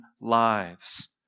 lives